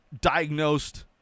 diagnosed